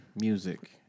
music